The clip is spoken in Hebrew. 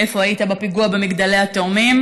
איפה היית בפיגוע במגדלי התאומים.